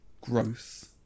growth